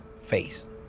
face